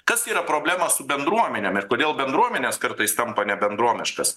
kas yra problema su bendruomenėm ir kodėl bendruomenės kartais tampa nebendromiškas